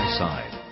side